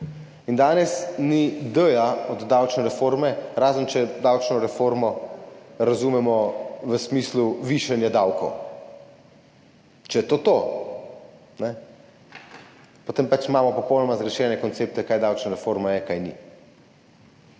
in danes ni d-ja od davčne reforme, razen če davčno reformo razumemo v smislu višanja davkov. Če je to to, potem imamo pač popolnoma zgrešene koncepte, kaj je davčna reforma in kaj ni.